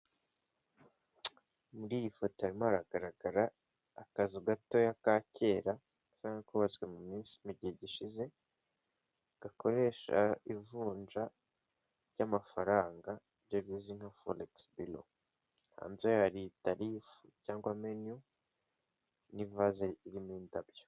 Muri iyi foto harimo hagaragara akazu gatoya ka kera za kubatswe mu minsi mu gihe gishize gakoresha ivunja ry'amafaranga ibyo bimeze nka foregisi biro, hanze hari tarifu cyangwa meniyu n'ivase irimo indabyo.